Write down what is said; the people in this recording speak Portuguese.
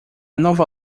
nova